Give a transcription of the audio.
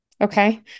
Okay